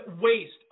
waste